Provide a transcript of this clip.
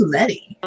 Letty